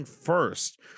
first